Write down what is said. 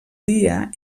dia